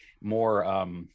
more